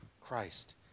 Christ